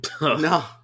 No